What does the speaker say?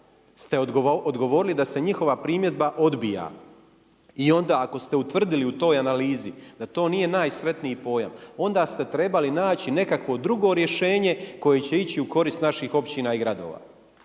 ste odgovorili sa se njihova primjedba odbija i onda ako ste utvrdili u toj analizi da to nije najsretniji pojam, onda ste trebali naći nekakvo drugo rješenje koje će ići u korist naših općina i gradova.